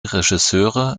regisseure